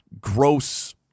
gross